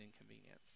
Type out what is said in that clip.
inconvenience